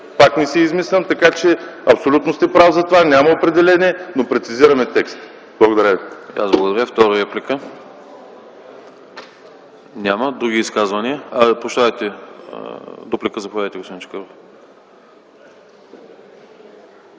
Пак не си измислям, така че сте абсолютно прав – за това няма определение. Прецизираме текст. Благодаря.